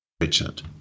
Richard